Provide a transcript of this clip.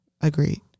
Agreed